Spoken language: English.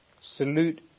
salute